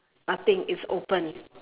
nothing it's open